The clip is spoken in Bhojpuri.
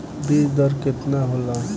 बीज दर केतना होला?